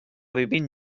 vivim